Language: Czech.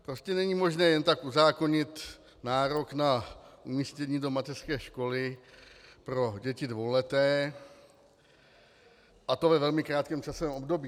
Prostě není možné jen tak uzákonit nárok na umístění do mateřské školy pro děti dvouleté, a to ve velmi krátkém časovém období.